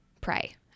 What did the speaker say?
pray